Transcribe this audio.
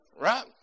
right